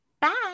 bye